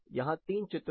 यहां तीन चित्र हैं